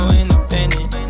independent